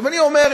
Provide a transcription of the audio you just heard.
עכשיו אני אומר,